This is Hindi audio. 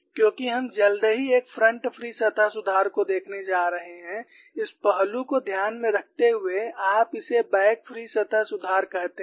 क्योंकि हम जल्द ही एक फ्रंट फ्री सतह सुधार को देखने जा रहे हैं इस पहलू को ध्यान में रखते हुए आप इसे बैक फ्री सतह सुधार कहते हैं